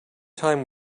time